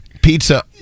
Pizza